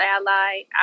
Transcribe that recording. Ally